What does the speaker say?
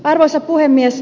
arvoisa puhemies